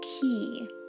key